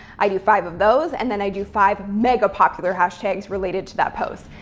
i do five of those, and then i do five mega popular hashtags related to that post.